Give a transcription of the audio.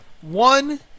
One